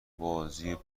بازی